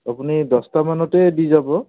আপুনি দছটামানতে দি যাব